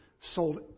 sold